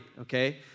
okay